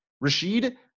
Rashid